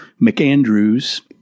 McAndrews